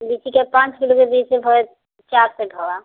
लीची के पाँच किलो